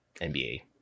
NBA